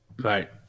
Right